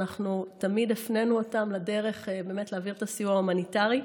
אנחנו תמיד הפנינו אותם לדרך להעביר את הסיוע ההומניטרי.